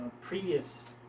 previous